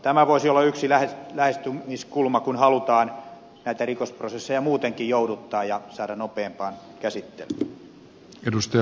tämä voisi olla yksi lähestymiskulma kun halutaan näitä rikosprosesseja muutenkin jouduttaa ja saada nopeampaan käsittelyyn